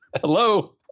hello